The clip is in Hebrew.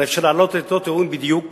הרי אפשר להעלות את אותו טיעון בדיוק